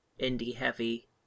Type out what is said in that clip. indie-heavy